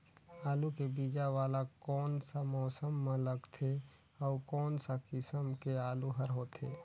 आलू के बीजा वाला कोन सा मौसम म लगथे अउ कोन सा किसम के आलू हर होथे?